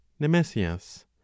nemesius